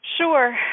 Sure